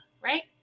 right